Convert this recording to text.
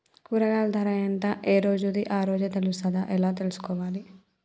కూరగాయలు ధర ఎంత ఏ రోజుది ఆ రోజే తెలుస్తదా ఎలా తెలుసుకోవాలి?